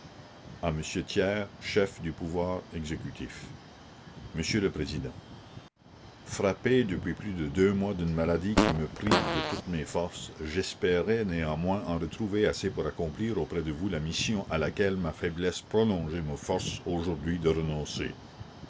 thiers chef du pouvoir exécutif monsieur le président frappée depuis plus de deux mois d'une maladie qui me prive de toutes mes forces j'espérais néanmoins en retrouver assez pour accomplir auprès de vous la mission à laquelle ma faiblesse prolongée me force aujourd'hui de renoncer